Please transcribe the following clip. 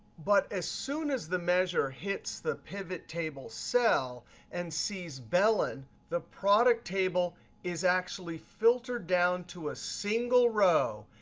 but as soon as the measure hits the pivot table cell and sees bellen, the product table is actually filtered down to a single row.